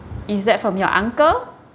is that from your uncle